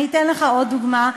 אתן לך עוד דוגמה,